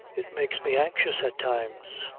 it makes me anxious at times.